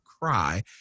cry